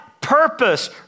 purpose